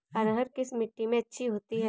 अरहर किस मिट्टी में अच्छी होती है?